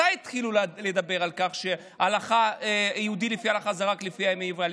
מתי התחילו לדבר על כך שיהודי לפי ההלכה זה רק לפי האם העברייה?